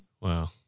Wow